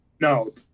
No